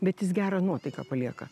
bet jis gerą nuotaiką palieka